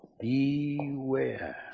Beware